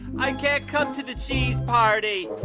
i can't come to the cheese party.